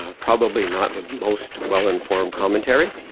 ah probably not the most well informed commentary.